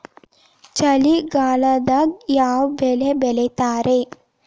ಚಳಿಗಾಲದಾಗ್ ಯಾವ್ ಬೆಳಿ ಬೆಳಿತಾರ?